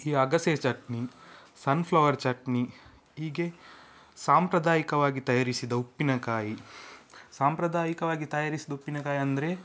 ಈ ಅಗಸೆ ಚಟ್ನಿ ಸನ್ಫ್ಲವರ್ ಚಟ್ನಿ ಹೀಗೆ ಸಾಂಪ್ರದಾಯಿಕವಾಗಿ ತಯಾರಿಸಿದ ಉಪ್ಪಿನಕಾಯಿ ಸಾಂಪ್ರದಾಯಿಕವಾಗಿ ತಯಾರಿಸಿದ ಉಪ್ಪಿನಕಾಯಿ ಅಂದರೆ